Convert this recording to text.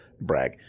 brag